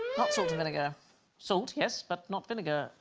not salted vinegar salt yes, but not vinegar, ah,